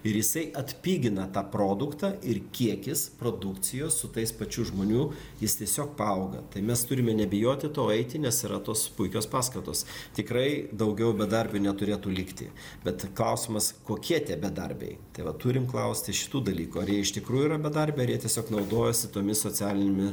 ir jisai atpigina tą produktą ir kiekis produkcijos su tais pačių žmonių jis tiesiog paauga tai mes turime nebijoti to eiti nes yra tos puikios paskatos tikrai daugiau bedarbių neturėtų likti bet klausimas kokie tie bedarbiai tai va turim klausti šitų dalykų ar jie iš tikrųjų yra bedarbiai ar jie tiesiog naudojasi tomis socialinėmis